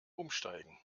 umsteigen